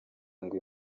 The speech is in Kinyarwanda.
ngo